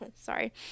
sorry